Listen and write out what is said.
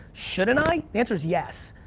shouldn't i? the answer's yes.